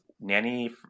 Nanny